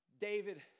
David